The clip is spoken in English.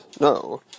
no